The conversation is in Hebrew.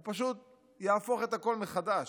הוא פשוט יהפוך את הכול מחדש,